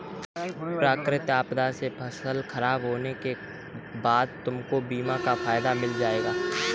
प्राकृतिक आपदा से फसल खराब होने के बाद तुमको बीमा का फायदा मिल जाएगा